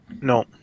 no